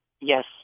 yes